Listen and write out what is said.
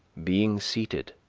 being seated,